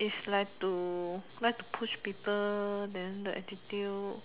is like to like to push people then the attitude